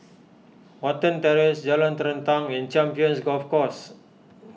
Watten Terrace Jalan Terentang and Champions Golf Course